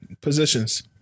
Positions